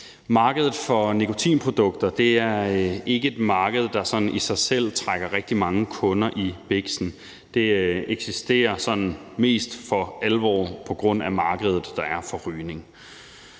Markedet for nikotinprodukter er ikke et marked, der sådan i sig selv trækker rigtig mange kunder i biksen. Det eksisterer sådan mest for alvor på grund af det marked, der er for rygning.